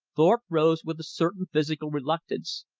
thorpe rose with a certain physical reluctance.